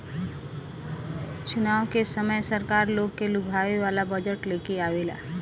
चुनाव के समय में सरकार लोग के लुभावे वाला बजट लेके आवेला